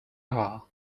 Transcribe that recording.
are